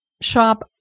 Shop